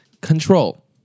control